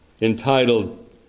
entitled